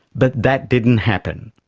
but that didn't happen.